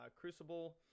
crucible